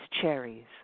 cherries